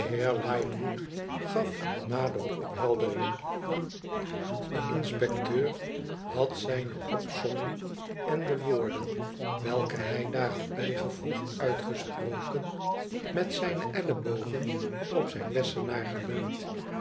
gaf nadere ophelderingen de inspecteur had zijne opsomming en de woorden welke hij daar had bijgevoegd uitgesproken met zijne ellebogen op zijn lessenaar